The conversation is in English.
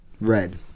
red